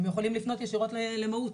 הם יכולים לפנות ישירות למהו"ת.